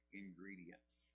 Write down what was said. ingredients